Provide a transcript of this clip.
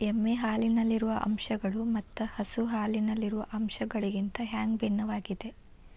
ಎಮ್ಮೆ ಹಾಲಿನಲ್ಲಿರುವ ಅಂಶಗಳು ಮತ್ತ ಹಸು ಹಾಲಿನಲ್ಲಿರುವ ಅಂಶಗಳಿಗಿಂತ ಹ್ಯಾಂಗ ಭಿನ್ನವಾಗಿವೆ?